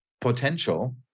potential